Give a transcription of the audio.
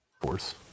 force